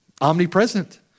Omnipresent